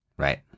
Right